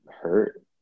hurt